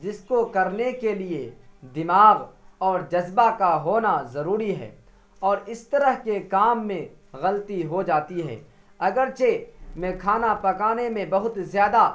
جس کو کرنے کے لیے دماغ اور جذبہ کا ہونا ضروری ہے اور اس طرح کے کام میں غلطی ہو جاتی ہے اگر چہ میں کھانا پکانے میں بہت زیادہ